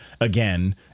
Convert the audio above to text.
again